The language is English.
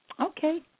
Okay